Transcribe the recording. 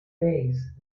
days